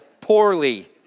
poorly